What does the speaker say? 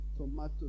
tomatoes